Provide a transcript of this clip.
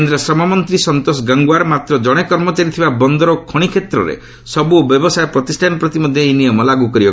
କେନ୍ଦ୍ର ଶ୍ରମମନ୍ତ୍ରୀ ସନ୍ତୋଷ ଗଙ୍ଗଓ୍ୱାର ମାତ୍ର ଜଣେ କର୍ମଚାରୀ ଥିବା ବନ୍ଦର ଓ ଖଣି କ୍ଷେତ୍ରରେ ସବୁ ବ୍ୟବସାୟ ପ୍ରତିଷ୍ଠାନ ପ୍ରତି ମଧ୍ୟ ଏହି ନିୟମ ଲାଗୁ ହେବ